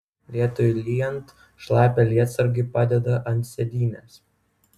lietui lyjant šlapią lietsargį padeda ant sėdynės